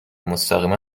مستقیما